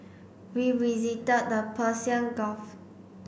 we visited the Persian Gulf